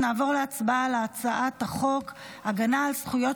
נעבור להצבעה על הצעת חוק הגנה על זכויות